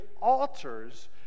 alters